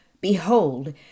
Behold